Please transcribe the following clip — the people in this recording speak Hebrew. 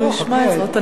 הוא ישמע זאת,